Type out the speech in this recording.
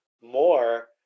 more